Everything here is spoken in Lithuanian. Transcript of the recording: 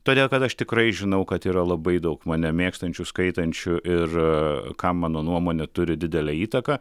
todėl kad aš tikrai žinau kad yra labai daug mane mėgstančių skaitančių ir kam mano nuomonė turi didelę įtaką